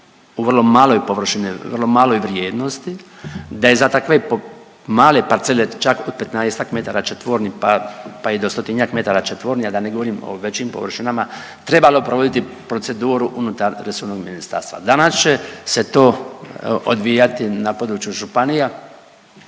u vrlo maloj površini, vrlo maloj vrijednosti, da je za takve male parcele čak od petnaestak metara četvornih, pa i do stotinjak metara četvornih a da ne govorim o većim površinama trebalo provoditi proceduru unutar resornog ministarstva. Danas će se to odvijati na području županija,